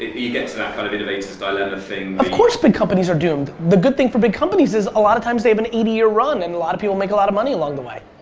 you get to that kind of innovator's dilemma thing of course big companies are doomed. the good thing for big companies is a lot of times they have an eighty year run and a lot of people make a lot of money along the way.